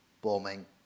bombing